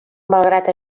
malgrat